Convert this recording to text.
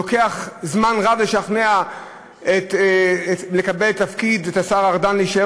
ולוקח זמן רב לשכנע את השר ארדן להישאר